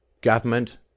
government